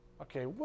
Okay